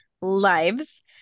lives